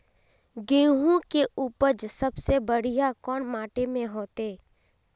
गेहूम के उपज सबसे बढ़िया कौन माटी में होते?